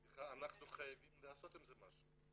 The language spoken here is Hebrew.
סליחה, אנחנו חייבים לעשות עם זה משהו.